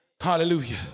hallelujah